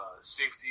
safety